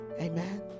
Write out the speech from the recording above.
Amen